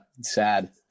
sad